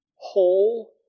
whole